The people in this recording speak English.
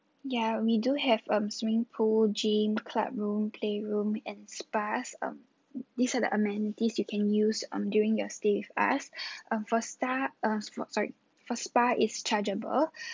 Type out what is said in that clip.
yeah we do have um swimming pool gym club room playroom and spas um these are the amenities you can use um during your stay with us um for star um sor~ sorry for spa it's chargeable